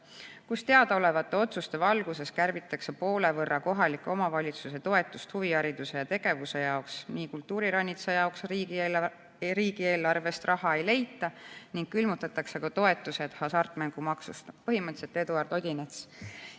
kus teadaolevate otsuste valguses kärbitakse poole võrra kohaliku omavalitsuse toetust huvihariduse ja ‑tegevuse jaoks, kultuuriranitsa jaoks riigieelarvest raha ei leita ning külmutatakse ka toetused hasartmängumaksust. Põhimõtteliselt Eduard Odinets